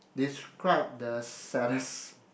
describe the saddest